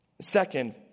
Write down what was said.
Second